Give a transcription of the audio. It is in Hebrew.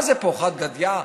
מה זה פה, חד-גדיא?